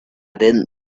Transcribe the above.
didn’t